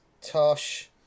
tosh